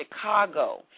Chicago